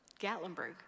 Gatlinburg